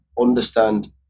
understand